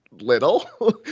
little